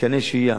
מתקני שהייה,